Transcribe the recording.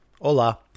Hola